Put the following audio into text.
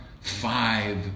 five